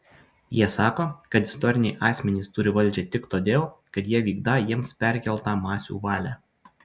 jie sako kad istoriniai asmenys turį valdžią tik todėl kad jie vykdą jiems perkeltą masių valią